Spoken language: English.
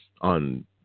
on